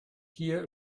hier